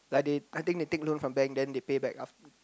like it I think they take loan from bank then they pay back after